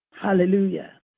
Hallelujah